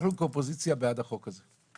אנחנו כאופוזיציה בעד החוק הזה,